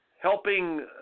helping